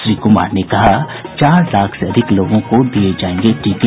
श्री कुमार ने कहा चार लाख से अधिक लोगों को दिये जायेंगे टीके